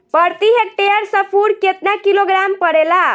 प्रति हेक्टेयर स्फूर केतना किलोग्राम पड़ेला?